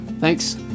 Thanks